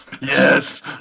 Yes